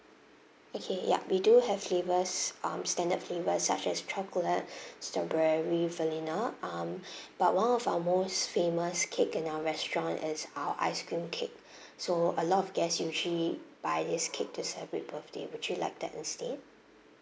okay yup we do have flavours um standard flavours such as chocolate strawberry vanilla um but one of our most famous cake in our restaurant is our ice cream cake so a lot of guest usually buy this cake to celebrate birthday would you like that instead